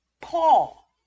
Paul